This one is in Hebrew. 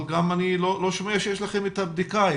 אבל אני גם לא שומע שיש לכם את הנתונים.